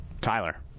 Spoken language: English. Tyler